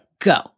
Go